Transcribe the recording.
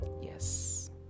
yes